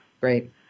Great